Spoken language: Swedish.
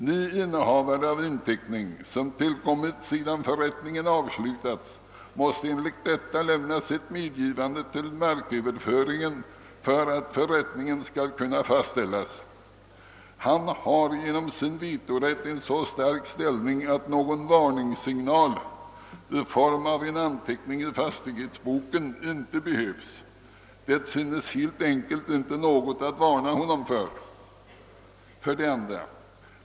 Ny innehavare av inteckning, som tillkommit sedan förrättningen avslutats, måste enligt detta lämna sitt medgivande till marköverföringen för att förrättningen skall kunna fastställas. Han har genom sin veto Fätt en så stark ställning att någon ”varningssignal” i form av en anteckning i fastighetsboken inte behövs. Det finns helt enkelt inte något att varna honom för. 2.